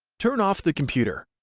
turn off the computer,